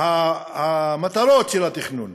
המטרות של התכנון: